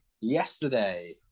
yesterday